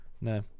No